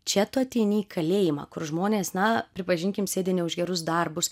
čia tu ateini į kalėjimą kur žmonės na pripažinkim sėdi ne už gerus darbus